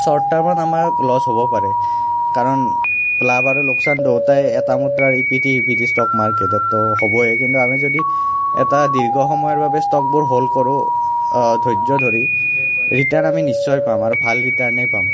short টাৰ্মত আমাৰ loss হ'ব পাৰে কাৰণ লাভ আৰু লোকচান দুয়োটাই এটা মুদ্ৰাৰ ইপিঠি সিপিঠি ষ্টক মাৰ্কেটততো হ'বই কিন্তু আমি যদি এটা দীৰ্ঘ সময়ৰ বাবে ষ্টকবোৰ হ'ল্ড কৰোঁ ধৈৰ্য ধৰি ৰিটাৰ্ণ আমি নিশ্চয় পাম আৰু ভাল ৰিটাৰ্ণেই পাম